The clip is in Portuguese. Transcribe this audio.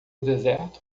deserto